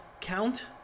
count